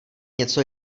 něco